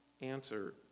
answer